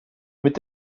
mit